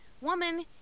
woman